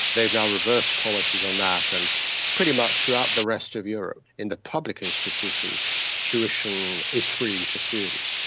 they've now reversed policies on that and pretty much throughout the rest of europe in the public institutions tuition is free to students.